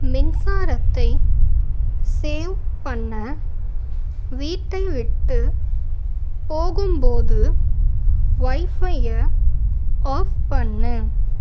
மின்சாரத்தை சேவ் பண்ண வீட்டை விட்டு போகும் போது வைஃபையை ஆஃப் பண்ணு